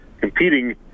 competing